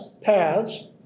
paths